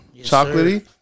Chocolatey